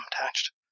attached